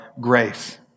grace